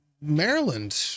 maryland